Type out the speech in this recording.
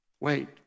Wait